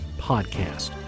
podcast